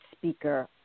speaker